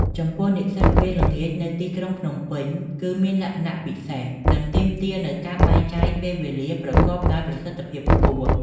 ចំពោះនិស្សិតវេនល្ងាចនៅទីក្រុងភ្នំពេញ គឺមានលក្ខណៈពិសេស និងទាមទារនូវការបែងចែកពេលវេលាប្រកបដោយប្រសិទ្ធភាពខ្ពស់។